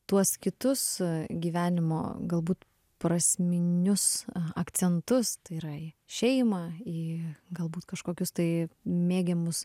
tuos kitus gyvenimo galbūt prasminius akcentus tai yra šeimą į galbūt kažkokius tai mėgiamus